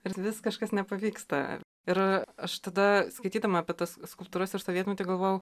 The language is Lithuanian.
ir vis kažkas nepavyksta ir aš tada skaitydama apie tas skulptūras ir sovietmetį galvojau